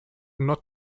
not